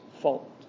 fault